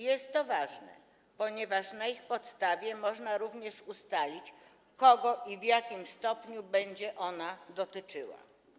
Jest to ważne, ponieważ na podstawie tego można również ustalić, kogo i w jakim stopniu będzie ona dotyczyła.